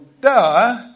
duh